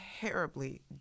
terribly